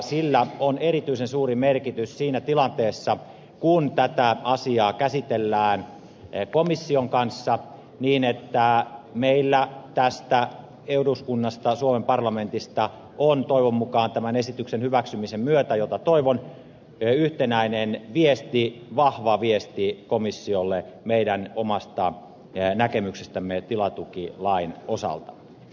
sillä on erityisen suuri merkitys siinä tilanteessa kun tätä asiaa käsitellään komission kanssa niin että tästä eduskunnasta suomen parlamentista on toivon mukaan tämän esityksen hyväksymisen myötä jota toivon yhtenäinen viesti vahva viesti komissiolle meidän omasta näkemyksestämme tilatukilain osalta